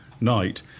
night